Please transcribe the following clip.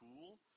cool